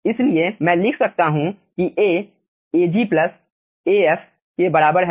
इसलिए मैं लिख सकता हूं कि A Ag प्लस Af के बराबर है